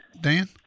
Dan